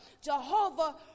Jehovah